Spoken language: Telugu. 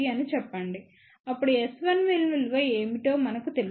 అప్పుడు S11 విలువ ఏమిటో మనకు తెలుసు